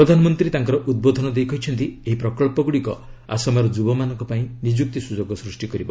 ପ୍ରଧାନମନ୍ତ୍ରୀ ତାଙ୍କର ଉଦ୍ବୋଧନ ଦେଇ କହିଛନ୍ତି ଏହି ପ୍ରକଳ୍ପଗୁଡ଼ିକ ଆସାମର ଯୁବାମାନଙ୍କ ପାଇଁ ନିଯୁକ୍ତି ସୁଯୋଗମାନ ସୃଷ୍ଟି କରିବ